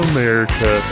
America